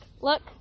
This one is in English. Look